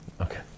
Okay